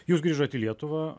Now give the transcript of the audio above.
jūs grįžot į lietuvą